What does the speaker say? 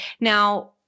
now